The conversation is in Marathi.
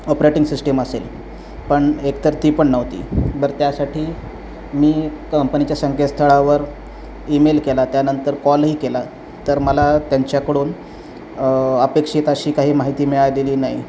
ऑपरेटिंग सिस्टीम असेल पण एकतर ती पण नव्हती बर त्यासाठी मी कंपनीच्या संकेतस्थळावर ईमेल केला त्यानंतर कॉलही केला तर मला त्यांच्याकडून अपेक्षित अशी काही माहिती मिळालेली नाही